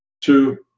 two